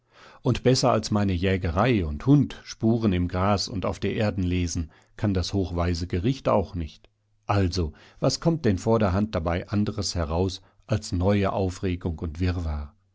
und besser als meine jägerei und hund spuren im gras und auf der erden lesen kann das hochweise gericht auch nicht also was kommt denn vorderhand dabei anderes heraus als neue aufregung und wirrwarr